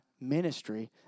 ministry